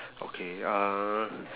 okay uh